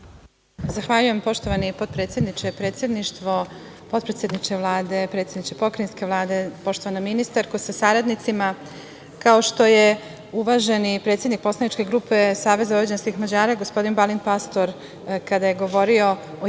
Zahvaljujem, poštovani potpredsedniče. Predsedništvo, potpredsedniče, predsedničke Pokrajinske vlade, poštovana ministarko sa saradnicima, kao što je uvaženi predstavnik poslaničke grupe SVM, gospodin Balint Pastor, kada je govorio o